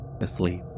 asleep